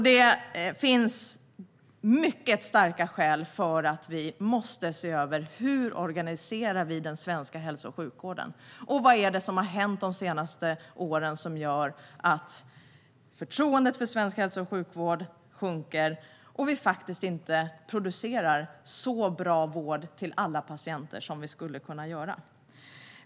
Det finns mycket starka skäl för att vi måste se över hur vi organiserar den svenska hälso och sjukvården. Vad är det som har hänt de senaste åren som gör att förtroendet för svensk hälso och sjukvård sjunker och att vi inte producerar så bra vård till alla patienter som vi skulle kunna göra?